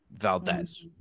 Valdez